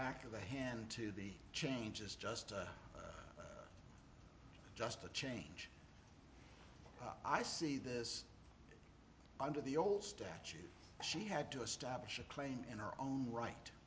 back of the hand to the changes just just a change i see this under the old statute she had to establish a claim in her own right